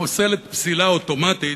פוסלת פסילה אוטומטית,